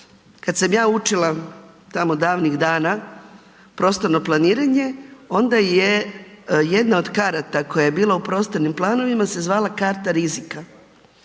Kad sam ja učila, tamo davnih dana tamo prostorno planiranje onda je jedna od karata koja je bila u prostornim planovima se zvala karta rizika.